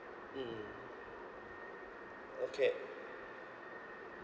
mm okay